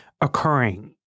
occurring